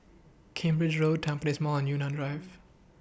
Cambridge Road Tampines Mall and Yunnan Drive